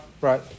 right